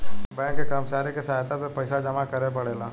bank के कर्मचारी के सहायता से पइसा जामा करेके पड़ेला